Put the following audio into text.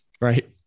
Right